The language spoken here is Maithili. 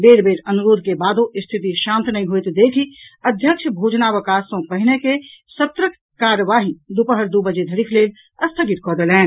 बेर बेर अनुरोध के बादो स्थिति शांत नहि होयत देखि अध्यक्ष भोजनावकाश सॅ पहिने के सत्रक कार्यवाही दूपहर दू बजे धरिक लेल स्थगित कऽ देलनि